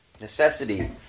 necessity